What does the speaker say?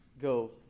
go